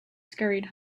scurried